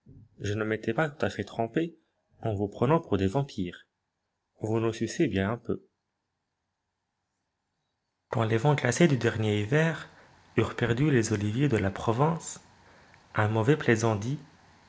je ne m'étais pas tout-à-fait trompé en vous prenant pour des vampires vous nous sucez bien un peu quand les vents glacés du dernier hyver eurent perdu les oliviers de la provence un mauvais plaisant dit